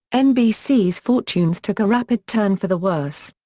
nbc's fortunes took a rapid turn for the worse.